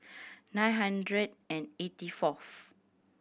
nine hundred and eighty fourth